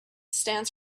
stands